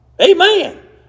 Amen